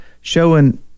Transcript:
showing